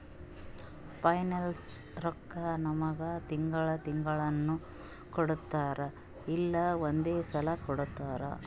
ಪೆನ್ಷನ್ದು ರೊಕ್ಕಾ ನಮ್ಮುಗ್ ತಿಂಗಳಾ ತಿಂಗಳನೂ ಕೊಡ್ತಾರ್ ಇಲ್ಲಾ ಒಂದೇ ಸಲಾನೂ ಕೊಡ್ತಾರ್